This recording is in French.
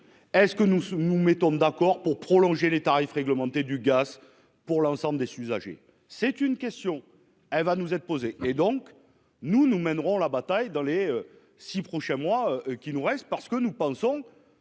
Est ce que nous nous mettons d'accord pour prolonger les tarifs réglementés du gaz pour l'ensemble des s'usagers c'est une question, elle va nous être posée. Et donc nous nous mèneront la bataille dans les 6 prochains mois qui nous reste, parce que nous pensons.